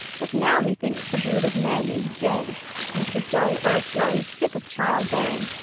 but now methinks the brood of men is dead and the dull earth grown sick of child-bearing,